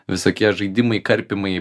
visokie žaidimai karpymai